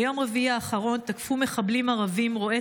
ביום רביעי האחרון תקפו מחבלים ערבים רועה